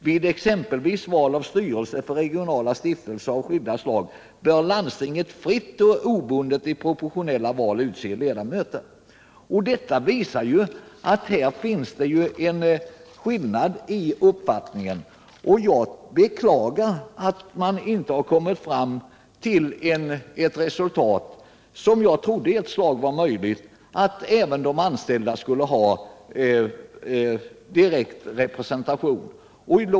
Vid exempelvis val av styrelser för regionala stiftelser av skilda slag bör landstinget fritt och obundet i proportionella val utse ledamöterna.” Detta visar att det här finns en skillnad i uppfattning. Jag beklagar att man inte kommit fram till det resultatet — vilket jag ett tag trodde var möjligt — att även de anställda skulle ha direkt representation.